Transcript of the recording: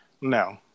no